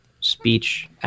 speech